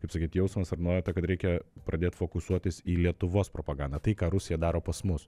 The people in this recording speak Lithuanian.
kaip sakyt jausmas ar nuojauta kad reikia pradėt fokusuotis į lietuvos propagandą tai ką rusija daro pas mus